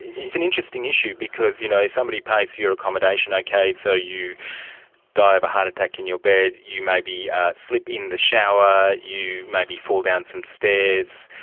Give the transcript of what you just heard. it's and interesting issue because you know somebody pays for your accommodation, okay, so you die of a heart attack in your bed, you maybe slip in the shower, you maybe fall down some stairs,